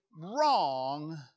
wrong